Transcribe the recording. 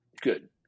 Good